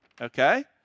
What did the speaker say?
okay